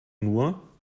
nur